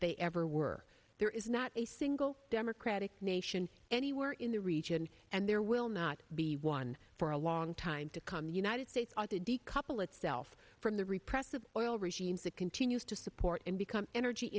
they ever were there is not a single democratic nation anywhere in the region and there will not be one for a long time to come the united states ought to decouple itself from the repressive oil regimes it continues to support and become energy